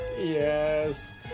Yes